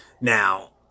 Now